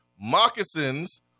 moccasins